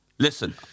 Listen